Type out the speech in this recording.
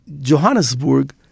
Johannesburg